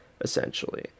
Essentially